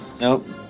Nope